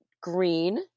green